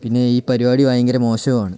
പിന്നെ ഈ പരിപാടി ഭയങ്കര മോശവാണ്